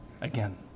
Again